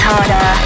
Harder